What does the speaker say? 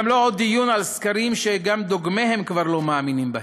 גם לא עוד דיון על סקרים שגם דוגמיהם כבר לא מאמינים בהם.